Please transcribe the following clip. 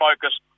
focus